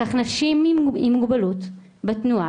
כך נשים עם מוגבלות בתנועה,